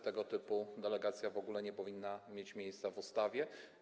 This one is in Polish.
Tego typu delegacja w ogóle nie powinna mieć miejsca w ustawie.